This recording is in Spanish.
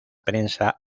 prensa